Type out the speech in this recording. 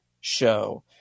show